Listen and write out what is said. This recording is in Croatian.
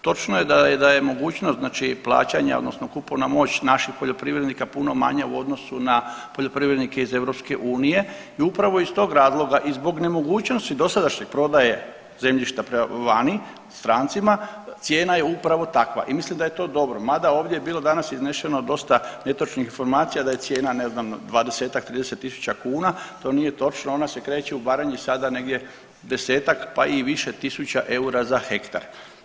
Točno je da je, da je mogućnost znači plaćanja odnosno kupovna moć naših poljoprivrednika puno manja u odnosu na poljoprivrednike iz EU i upravo iz tog razloga i zbog nemogućnosti dosadašnje prodaje zemljišta prema vani strancima cijena je upravo takva i mislim da je to dobro, mada ovdje je bilo danas iznešeno dosta netočnih informacija da je cijena ne znam 20-tak, 30 tisuća kuna, to nije točno, ona se kreće u Baranji sada negdje 10-tak, pa i više tisuća eura za hektar.